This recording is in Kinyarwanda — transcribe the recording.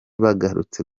bagarutse